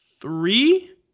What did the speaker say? three